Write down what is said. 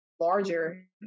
Larger